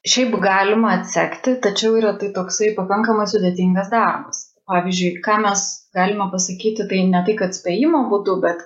šiaip galima atsekti tačiau yra tai toksai pakankamai sudėtingas darbas pavyzdžiui ką mes galime pasakyti tai ne tai kad spėjimo būdu bet